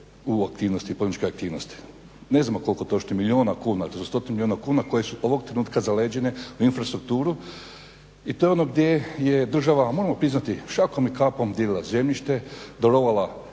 u aktivnosti poduzetničke aktivnosti. Ne znam koliko točno milijuna kuna, za stotinu milijuna kuna koje su ovog trenutka zaleđene u infrastrukturu i to je ono gdje je država, moramo priznati šakom i kapom dijelila zemljište, darovala